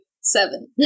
seven